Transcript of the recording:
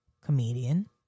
comedian